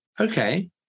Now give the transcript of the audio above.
okay